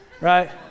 right